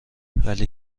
ولی